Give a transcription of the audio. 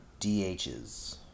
DHs